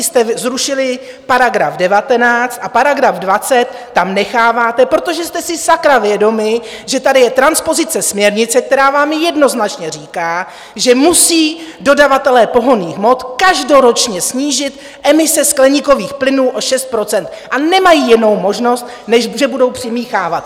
jste zrušili § 19 a § 20 tam necháváte, protože jste si sakra vědomi, že tady je transpozice směrnice, která vám jednoznačně říká, že musí dodavatelé pohonných hmot každoročně snížit emise skleníkových plynů o 6 %, a nemají jinou možnost, než že budou přimíchávat.